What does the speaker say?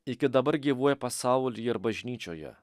iki dabar gyvuoja pasaulyje ir bažnyčioje